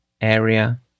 Area